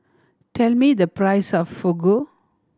tell me the price of Fugu